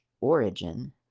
origin